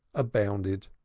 abounded.